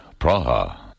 Praha